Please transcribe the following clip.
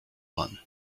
one